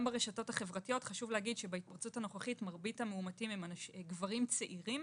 בהתפרצות הנוכחית מרבית המאומתים הם גברים צעירים,